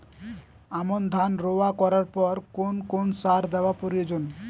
আমন ধান রোয়া করার পর কোন কোন সার দেওয়া প্রয়োজন?